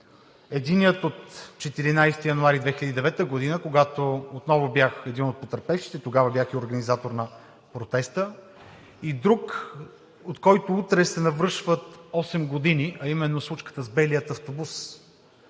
Единият от 14 януари 2009 г., когато отново бях един от потърпевшите, тогава бях и организатор на протеста и друг, от който утре се навършват осем години, а именно случката с белия автобус.